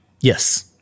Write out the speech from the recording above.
Yes